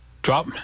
Drop